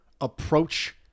approach